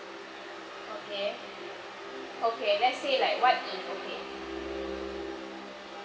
okay okay let's say like what if okay